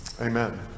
Amen